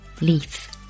leaf